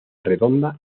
redonda